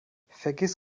vergiss